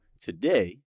today